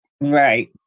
Right